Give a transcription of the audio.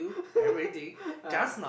ah